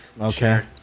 Okay